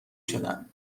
شدم